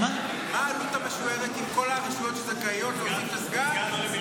מה העלות המשוערת עם כל הרשויות שזכאיות לסגן?